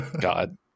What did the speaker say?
god